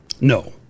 no